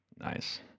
nice